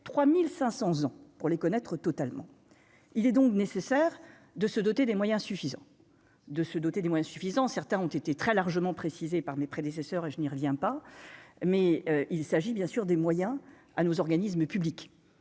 3500 ans pour les connaître, totalement, il est donc nécessaire de se doter des moyens suffisants de se doter des moyens suffisants, certains ont été très largement précisés par mes prédécesseurs et je n'y reviens pas mais il s'agit bien sûr des moyens à nos organismes publics,